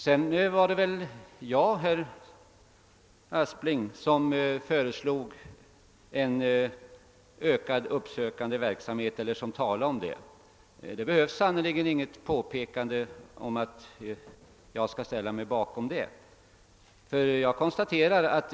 Vidare var det väl, herr Aspling, jag som föreslog en ökad uppsökande verksamhet, och det behövs sannerligen inget påpekande om att jag skall ställa mig bakom det förslaget.